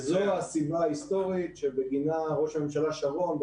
זו הסיבה ההיסטורית שבגינה ראש הממשלה שרון,